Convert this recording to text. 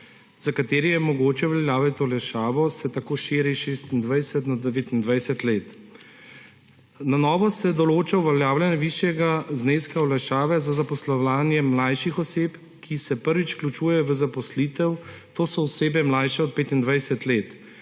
za katere je mogoče uveljavljati olajšavo, se tako širi s 26 na 29 let. Na novo se določa uveljavljanje višjega zneska olajšave za zaposlovanje mlajših oseb, ki se prvič vključujejo v zaposlitev, to so osebe, mlajše od 25 let.